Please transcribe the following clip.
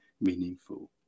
meaningful